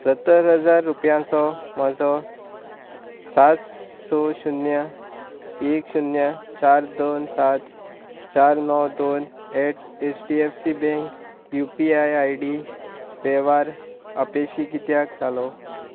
सत्तर हजार रुपयांचो म्हजो सात स शुन्य एक शुन्य चार दोन सात चार णव दोन at H D F C bank U P I I D वेव्हार अपेशी कित्याक जालो